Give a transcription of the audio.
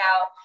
out